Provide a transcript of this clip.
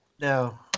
no